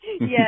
Yes